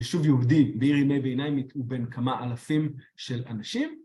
יישוב יהודי בעיר ימי ועיניים הוא בין כמה אלפים של אנשים.